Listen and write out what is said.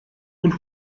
und